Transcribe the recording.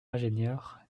l’ingénieur